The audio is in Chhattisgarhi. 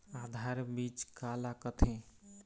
आधार बीज का ला कथें?